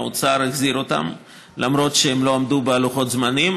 האוצר החזיר אותם למרות שהם לא עמדו בלוחות הזמנים.